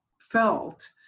felt